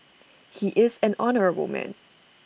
he is an honourable man